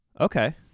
okay